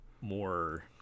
more